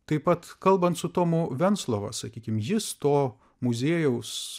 taip pat kalbant su tomu venclova sakykim jis to muziejaus